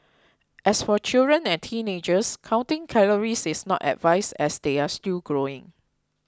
as for children and teenagers counting calories is not advised as they are still growing